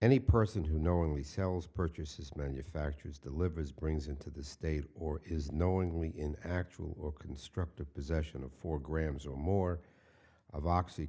any person who knowingly sells purchases manufactures delivers brings into the state or is knowingly in actual or constructive possession of four grams or more of oxy